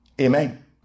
Amen